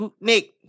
Nick